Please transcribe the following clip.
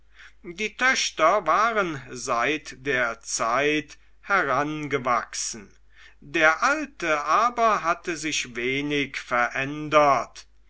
die töchter waren seit der zeit herangewachsen der alte aber hatte sich wenig verändert